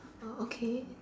uh okay